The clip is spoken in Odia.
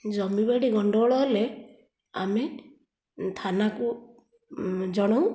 ଜମିବାଡ଼ି ଗଣ୍ଡଗୋଳ ହେଲେ ଆମେ ଥାନାକୁ ଜଣାଉ